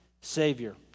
savior